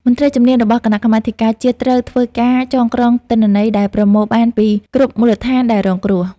មន្ត្រីជំនាញរបស់គណៈកម្មាធិការជាតិត្រូវធ្វើការចងក្រងទិន្នន័យដែលប្រមូលបានពីគ្រប់មូលដ្ឋានដែលរងគ្រោះ។